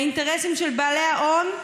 האינטרסים של בעלי ההון,